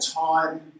time